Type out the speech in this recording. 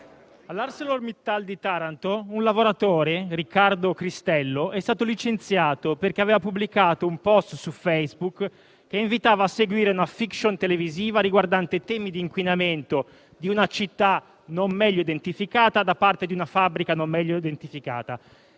alla ArcelorMittal di Taranto un lavoratore, Riccardo Cristello, è stato licenziato perché aveva pubblicato su Facebook un *post* che invitava a seguire una *fiction* televisiva riguardante il tema dell'inquinamento di una città non meglio identificata, da parte di una fabbrica non meglio identificata.